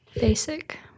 Basic